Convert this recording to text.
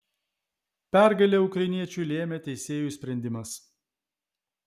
pergalę ukrainiečiui lėmė teisėjų sprendimas